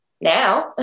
now